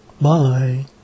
Bye